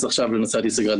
עכשיו לנושא הדיס-ריגרד.